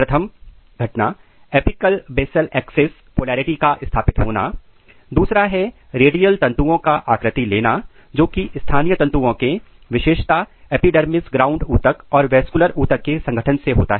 प्रथम 1 apical basal axis polarity का स्थापित होना दूसरा है रेडियल तंतुओं का आकृति लेना जोकि स्थानीय तंतुओं के विशेषता एपिडर्मिस ग्राउंड उतक और वैस्कुलर उतक के संगठन से होता है